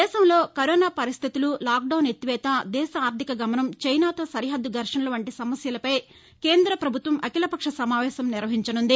దేశంలో కరోనా పరిస్థితులు lockdown ఎత్తివేత దేశ ఆర్దిక గమనం చైనాతో సరిహద్దు ఘర్దణలు వంటి సమస్యలపై కేంద్ర పభుత్వం అఖిపలక్ష సమావేశం నిర్వహించనుంది